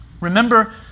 Remember